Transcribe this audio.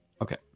Okay